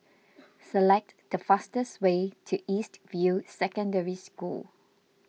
select the fastest way to East View Secondary School